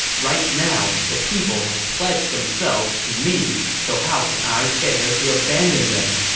right now, the people have pledged themselves to me, so how can i bear to abandon them?